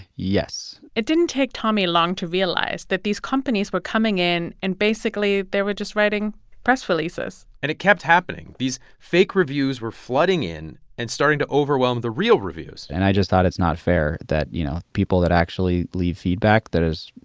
yes it didn't take tommy long to realize that these companies were coming in. and basically, they were just writing press releases and it kept happening. these fake reviews were flooding in and starting to overwhelm the real reviews and i just thought, it's not fair that, you know, people that actually leave feedback that is,